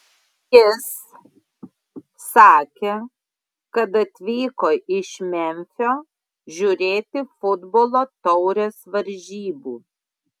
jis sakė kad atvyko iš memfio žiūrėti futbolo taurės varžybų